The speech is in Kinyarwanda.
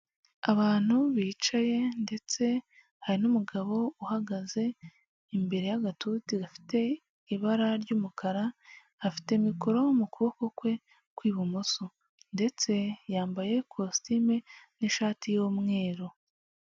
Abantu bicaye ndetse hari n'umugabo uhagaze imbere y'agatuti gafite ibara ry'umukara afite mikoro mu kuboko kwe kw'ibumoso ndetse yambaye kositime n'ishati y'umweru.